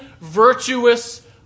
virtuous